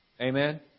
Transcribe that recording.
Amen